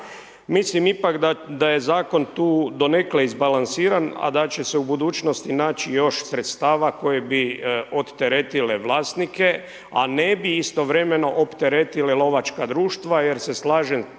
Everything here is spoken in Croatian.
Mislim ipak da je Zakon tu donekle izbalansiran, a da će se u budućnosti naći još sredstava koje bi oteretile vlasnike a ne bi istovremeno opteretile lovačka društva, jer se slažem